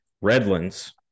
Redlands